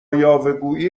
یاوهگویی